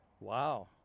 Wow